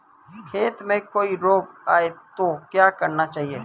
खेत में कोई रोग आये तो क्या करना चाहिए?